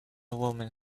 woman